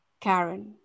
karen